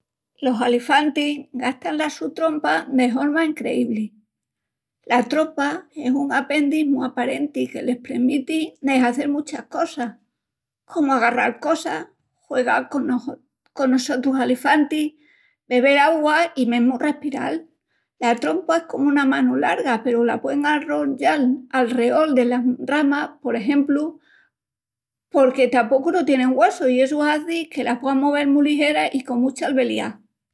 Los alifantis gastan la su trompa de horma encreíbli. La trompa es un apendis mu aparenti que les premiti de hazel muchas cosas, comu agarral cosas, juegal conos... conos sotrus alifantis, bebel augua i mesmu respiral. La trompa es comu una manu larga peru la puein arrollal alreol delas ramas, por exempru, porque tapocu no tienin güessu i essu hazi que se puea movel mu ligera i con mucha albeliá.